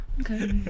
Okay